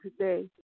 today